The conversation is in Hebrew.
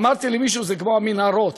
אמרתי למישהו: זה כמו המנהרות.